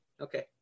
okay